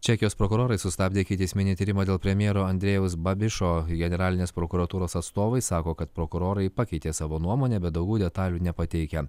čekijos prokurorai sustabdė ikiteisminį tyrimą dėl premjero andrėjaus babišo generalinės prokuratūros atstovai sako kad prokurorai pakeitė savo nuomonę bet daugiau detalių nepateikia